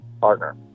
partner